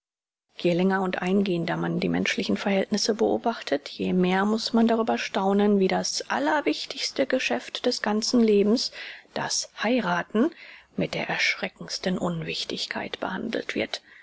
je länger und eingehender man die menschlichen verhältnisse beobachtet je mehr muß man darüber staunen wie das allerwichtigste geschäft des ganzen lebens das heirathen mit der erschreckendsten unwichtigkeit behandelt wird